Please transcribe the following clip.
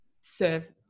serve